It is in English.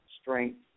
strength